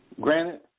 Granted